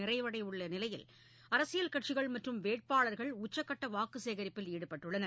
நிறைவடையவுள்ள நிலையில் அரசியல் கட்சிகள் மற்றும் வேட்பாளர்கள் உச்சக்கட்ட வாக்கு சேகரிப்பில் ஈடுபட்டுள்ளனர்